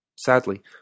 Sadly